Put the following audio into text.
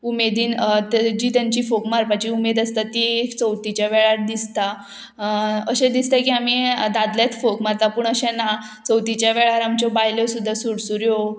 उमेदीन जी तेंची फोग मारपाची उमेद आसता ती चवथीच्या वेळार दिसता अशें दिसता की आमी दादलेच फोग मारता पूण अशें ना चवथीच्या वेळार आमच्यो बायल्यो सुद्दां सुरसुऱ्यो